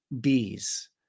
bees